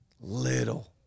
Little